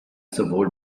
sowohl